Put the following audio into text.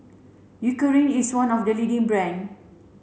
Eucerin is one of the leading brand